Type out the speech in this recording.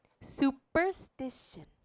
superstition